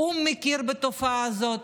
האו"ם מכיר בתופעה הזאת,